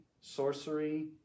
sorcery